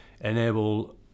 enable